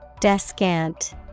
Descant